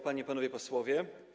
Panie i Panowie Posłowie!